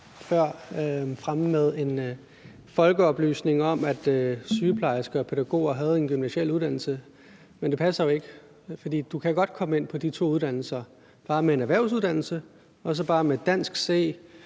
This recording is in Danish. før fremme med en folkeoplysning om, at sygeplejersker og pædagoger skulle have en gymnasial uddannelse, men det passer jo ikke. For du kan godt komme ind på de to uddannelser bare med en erhvervsuddannelse og med dansk C,